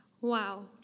Wow